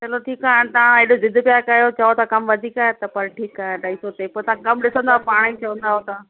चलो ठीकु आहे हाणे तव्हां एॾो जिद पिया कयो त चओ था कमु वधीक आहे त पर ठीकु आहे अढाई सौ ते पोइ तव्हां कमु ॾिसंदव पाण ई चवंदव तव्हां